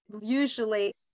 usually